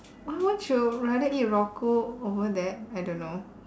why won't you rather eat over that I don't know